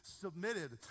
submitted